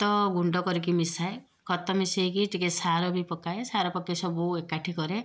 ଖତ ଗୁଣ୍ଡ କରିକି ମିଶାଏ ଖତ ମିଶେଇକି ଟିକେ ସାର ବି ପକାଏ ସାର ପକେଇକି ସବୁ ଏକାଠି କରେ